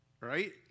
Right